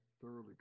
thoroughly